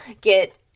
get